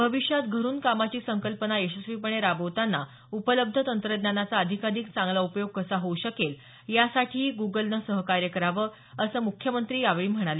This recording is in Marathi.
भविष्यात घरून कामाची संकल्पना यशस्वीपणे राबवतांना उपलब्ध तंत्रज्ञानाचा अधिकाधिक चांगला उपयोग कसा होऊ शकेल यासाठीही गूगलनं सहकार्य करावं असं मुख्यमंत्री यावेळी म्हणाले